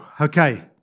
Okay